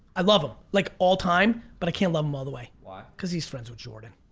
i love him, like all time but i can't love him all the way. why? because he's friends with jordan.